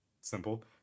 Simple